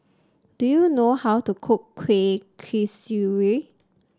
do you know how to cook Kueh Kasturi